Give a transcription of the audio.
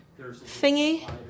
thingy